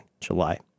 July